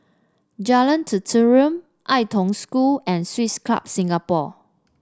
Jalan Tenteram Ai Tong School and Swiss Club Singapore